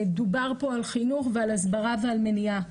דובר פה על חינוך ועל הסברה ועל מניעה,